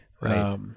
Right